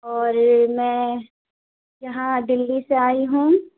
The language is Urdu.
اور میں یہاں دلّی سے آئی ہوں